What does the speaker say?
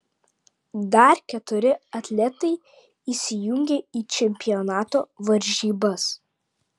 dar keturi atletai įsijungia į čempionato varžybas